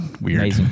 Weird